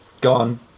gone